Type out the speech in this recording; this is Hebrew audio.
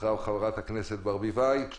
אחריה חברת הכנסת ברביבאי;